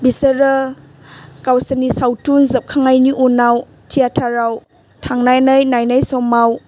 बिसोरो गावसोरनि सावथुन जोबखांनायनि उनाव थियेटारआव थांनानै नायनाय समाव